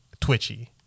twitchy